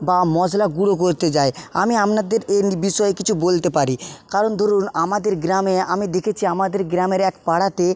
বা মশলা গুঁড়ো করতে যায় আমি আপনাদের এর বিষয়ে কিছু বলতে পারি কারণ ধরুন আমাদের গ্রামে আমি দেখেছি আমাদের গ্রামের এক পাড়াতে